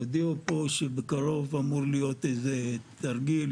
הודיעו פה שבקרוב אמור להיות איזה תרגיל,